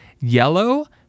yellow